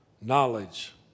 knowledge